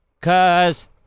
cause